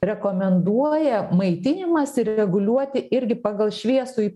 rekomenduoja maitinimąsi reguliuoti irgi pagal šviesųjį